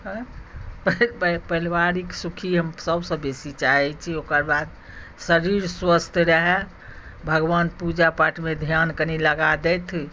पारिवारिक सुखी हम सभसँ बेसी चाहैत छी ओकरबाद शरीर स्वस्थ रहए भगवान पूजा पाठमे ध्यान कनी लगा दैथ